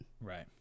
Right